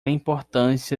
importância